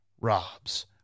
robs